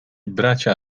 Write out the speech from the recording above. bracia